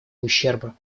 ущерба